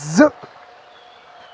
زٕ